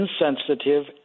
insensitive